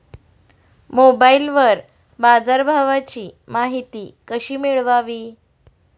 मोबाइलवर बाजारभावाची माहिती कशी मिळवावी?